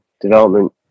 development